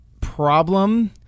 problem